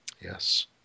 Yes